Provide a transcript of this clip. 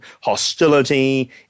hostility